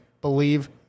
believe